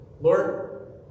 Lord